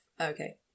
Okay